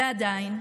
ועדיין,